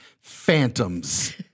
Phantoms